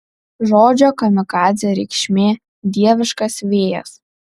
žodžio kamikadzė reikšmė dieviškas vėjas